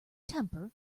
temper